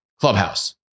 Clubhouse